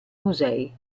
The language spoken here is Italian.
musei